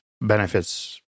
benefits